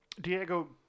Diego